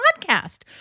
podcast